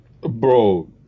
Bro